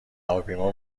هواپیما